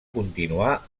continuar